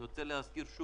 אני רוצה להזכיר את